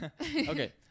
Okay